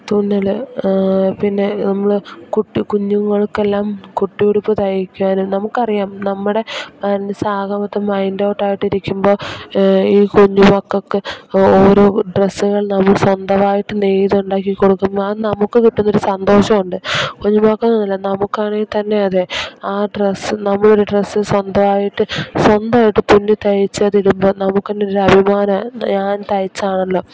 തുന്നല് പിന്നെ നമ്മൾ കുട്ടി കുഞ്ഞുങ്ങൾക്ക് എല്ലാം കുട്ടി ഉടുപ്പ് തയ്ക്കാനും നമുക്ക് അറിയാം നമ്മുടെ മനസ് ആകെ മൊത്തം മൈൻ്റ് ഔട്ടായിട്ടിരിക്കുമ്പോൾ ഈ കുഞ്ഞുമക്കൾക്ക് ഓരോ ഡ്രസ്സുകൾ നമ്മൾ സ്വന്തമായിട്ട് നെയ്ത് ഉണ്ടാക്കി കൊടുക്കുമ്പോൾ ആ നമുക്ക് കിട്ടൂന്ന ഒരു സന്തോഷം ഉണ്ട് കുഞ്ഞുമക്കൾക്ക് എന്നല്ല നമുക്ക് ആണെങ്കിൽ തന്നെ അതേ ആ ഡ്രെസ്സ് നമ്മൾ ഒരു ഡ്രസ്സ് സ്വന്തമായിട്ട് സ്വന്തമായിട്ട് തുന്നി തയ്ച്ചത് ഇടുമ്പം നമുക്ക് ഒന്നു ഒരു അഭിമാനം ഞാൻ തയ്ച്ചതാണല്ലോ